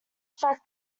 fact